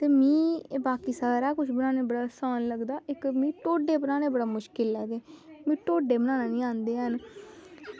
ते मिगी बाकी सारा किश बनाने गी बड़ा सोह्ना लगदा इक्क मिगी टोड्डे बनाना बड़ा मुश्कल लगदे ते मिगी ढोड्डे बनाना निं औंदे न